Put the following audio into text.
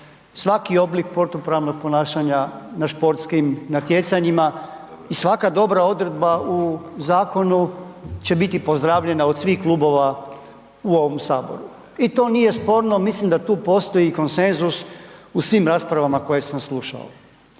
svaki oblik protupravnog ponašanja na športskim natjecanjima i svaka dobra odredba u zakonu će biti pozdravljena od svih klubova u ovom Saboru. I to nije sporno, mislim da tu postoji konsenzus u svim raspravama koje sam slušao.